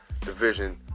division